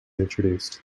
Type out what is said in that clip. introduced